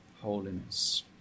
holiness